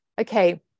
okay